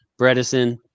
Bredesen –